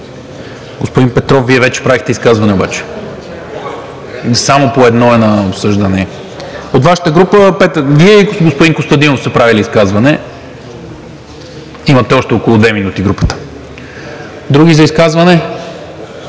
Господин Петров, Вие вече правихте изказване обаче. Само по едно е на обсъждане. От Вашата група Вие и господин Костадинов сте правили изказване. Имате още около две минути групата. Заповядайте,